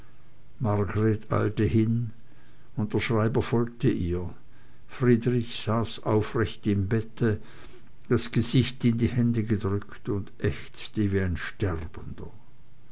eilte hin und der schreiber folgte ihr friedrich saß aufrecht im bette das gesicht in die hände gedrückt und ächzte wie ein sterbender